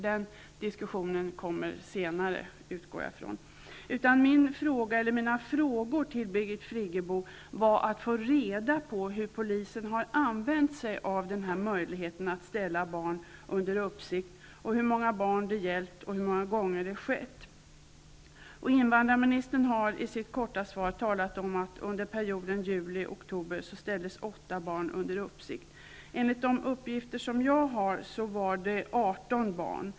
Den diskussionen kommer att föras senare. Syftet var i stället att jag ville ha reda på hur polisen har använt sig av denna möjlighet att ställa barn under uppsikt, hur många barn som det gällt och hur många gånger som det skett. Invandrarministern talar i sitt korta svar om att åtta barn under perioden juli--oktober ställdes under uppsikt. Enligt de uppgifter som jag har var det 18 barn.